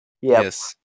Yes